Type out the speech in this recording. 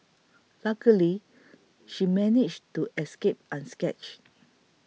luckily she managed to escape unscathed